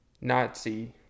Nazi